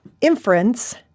inference